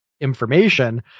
information